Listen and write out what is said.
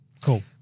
Cool